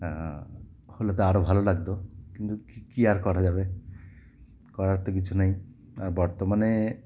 হলে তো আরও ভালো লাগতো কিন্তু কী কী আর করা যাবে করার তো কিছু নেই আর বর্তমানে